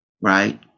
right